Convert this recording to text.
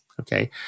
Okay